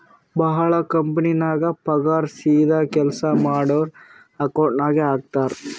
ಭಾಳ ಕಂಪನಿನಾಗ್ ಪಗಾರ್ ಸೀದಾ ಕೆಲ್ಸಾ ಮಾಡೋರ್ ಅಕೌಂಟ್ ನಾಗೆ ಹಾಕ್ತಾರ್